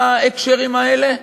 בהקשרים האלה?